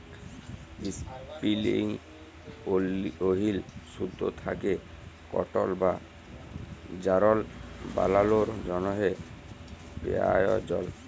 ইসপিলিং ওহিল সুতা থ্যাকে কটল বা যারল বালালোর জ্যনহে পেরায়জল